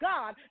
God